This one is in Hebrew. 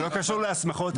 לא קשור להסמכות.